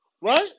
Right